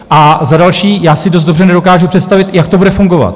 A za další, já si dost dobře nedokážu představit, jak to bude fungovat.